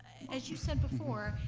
as you said before,